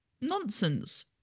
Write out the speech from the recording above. nonsense